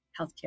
healthcare